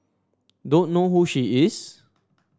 don't know who she is